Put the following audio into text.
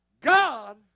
God